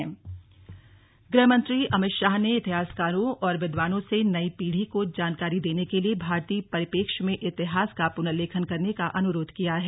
गृहमंत्री गृहमंत्री अमित शाह ने इतिहासकारों और विद्वानों से नई पीढ़ी को जानकारी देने के लिए भारतीय परिप्रेक्ष में इतिहास का पुनर्लेखन करने का अनुरोध किया है